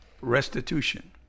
restitution